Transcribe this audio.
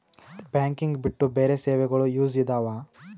Banking ಬಿಟ್ಟು ಬೇರೆ ಸೇವೆಗಳು ಯೂಸ್ ಇದಾವ?